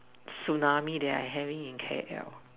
tsunami that I having in K_L